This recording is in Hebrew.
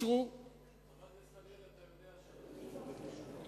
חבר הכנסת אריאל, אתה יודע שאנחנו לא מחרישים.